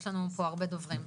יש לנו פה הרבה דוברים,